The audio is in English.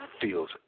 feels